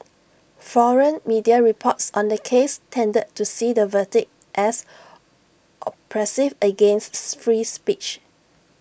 foreign media reports on the case tended to see the verdict as oppressive againsts free speech